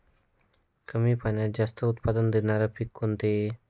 कमी पाण्यात जास्त उत्त्पन्न देणारे पीक कोणते?